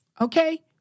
Okay